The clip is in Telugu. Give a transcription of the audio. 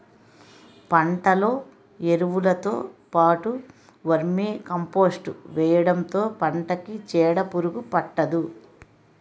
పంటలో ఎరువులుతో పాటు వర్మీకంపోస్ట్ వేయడంతో పంటకి చీడపురుగు పట్టదు